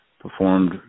Performed